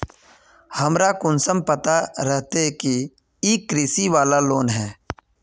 हमरा कुंसम पता रहते की इ कृषि वाला लोन है?